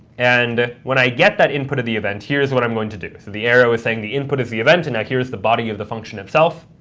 and when i get that input of the event, here's what i'm going to do. so the the arrow is saying the input is the event, and here is the body of the function itself.